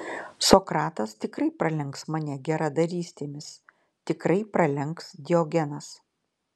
sokratas tikrai pralenks mane geradarystėmis tikrai pralenks diogenas